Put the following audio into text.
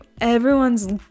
everyone's